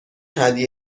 هدیه